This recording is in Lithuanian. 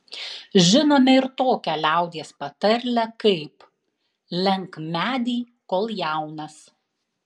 žinome ir tokią liaudies patarlę kaip lenk medį kol jaunas